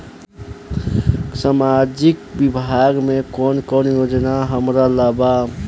सामाजिक विभाग मे कौन कौन योजना हमरा ला बा?